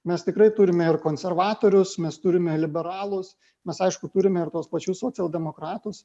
mes tikrai turime ir konservatorius mes turime liberalūs mes aišku turime ir tuos pačius socialdemokratus